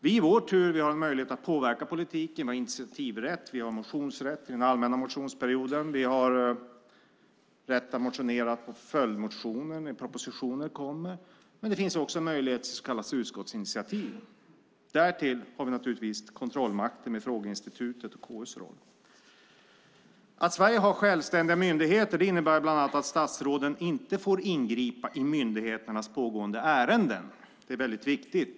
Vi i vår tur har möjlighet att påverka politiken, har initiativrätt och har motionsrätt under den allmänna motionsperioden. Vi har rätt att motionera med följdmotioner när propositioner kommer. Men det finns också möjlighet till så kallat utskottsinitiativ. Därtill har vi naturligtvis kontrollmakten med frågeinstitutet och KU:s roll. Att Sverige har självständiga myndigheter innebär bland annat att statsråden inte får ingripa i myndigheternas pågående ärenden. Det är väldigt viktigt.